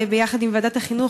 ביחד עם ועדת החינוך.